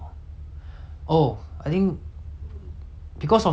because of the custody thing right then 我 like